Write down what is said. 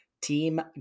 Team